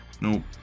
No